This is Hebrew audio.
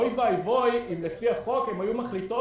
אוי ואבוי אם לפי החוק הן היו מחליטות,